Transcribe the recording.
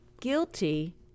guilty